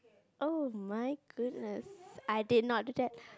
oh my goodness I did not do that